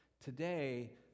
Today